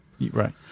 Right